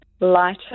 lighter